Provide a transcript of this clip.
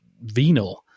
venal